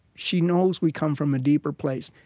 she knows we come from ah deeper place.